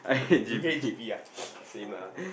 you hate G_P ah same lah